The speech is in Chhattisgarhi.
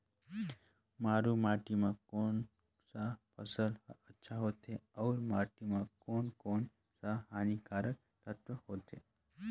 मारू माटी मां कोन सा फसल ह अच्छा होथे अउर माटी म कोन कोन स हानिकारक तत्व होथे?